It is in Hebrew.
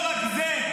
לא רק זה,